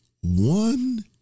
one